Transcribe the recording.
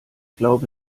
glaube